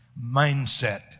mindset